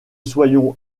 soyons